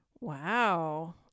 Wow